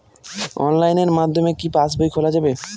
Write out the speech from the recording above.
অনলাইনের মাধ্যমে কি পাসবই খোলা যাবে?